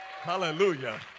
Hallelujah